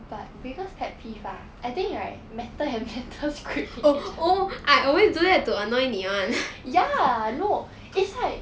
but biggest pet peeve ah I think right metal and metal scraping each other ya no is like